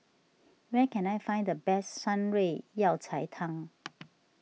where can I find the best Shan Rui Yao Cai Tang